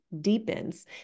deepens